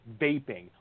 vaping